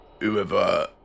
whoever